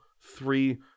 three